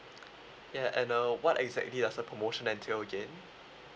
ya and uh what exactly does the promotion entail again